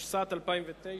התשס”ט 2009,